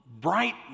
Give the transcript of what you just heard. bright